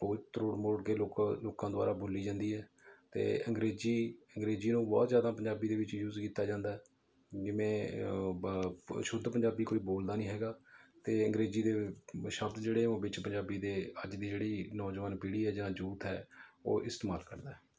ਤੋੜ ਮਰੋੜ ਕੇ ਲੋਕ ਲੋਕਾਂ ਦੁਆਰਾ ਬੋਲੀ ਜਾਂਦੀ ਹੈ ਅਤੇ ਅੰਗਰੇਜ਼ੀ ਅੰਗਰੇਜ਼ੀ ਨੂੰ ਬਹੁਤ ਜ਼ਿਆਦਾ ਪੰਜਾਬੀ ਦੇ ਵਿੱਚ ਯੂਜ਼ ਕੀਤਾ ਜਾਂਦਾ ਜਿਵੇਂ ਬ ਸ਼ੁੱਧ ਪੰਜਾਬੀ ਕੋਈ ਬੋਲਦਾ ਨਹੀਂ ਹੈਗਾ ਅਤੇ ਅੰਗਰੇਜ਼ੀ ਦੇ ਸ਼ਬਦ ਜਿਹੜੇ ਉਹ ਵਿੱਚ ਪੰਜਾਬੀ ਦੇ ਅੱਜ ਦੀ ਜਿਹੜੀ ਨੌਜਵਾਨ ਪੀੜ੍ਹੀ ਹੈ ਜਾਂ ਯੂਥ ਹੈ ਉਹ ਇਸਤੇਮਾਲ ਕਰਦਾ